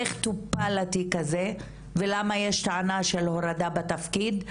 איך טופל התיק הזה ולמה יש טענה של הורדה בתפקיד,